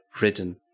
written